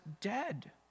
dead